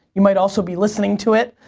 you might also be listening to it.